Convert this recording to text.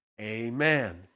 Amen